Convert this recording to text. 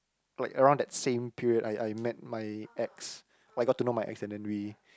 like around that same period I I met my ex I got to know my ex and then we